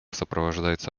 сопровождается